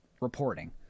reporting